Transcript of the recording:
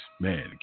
man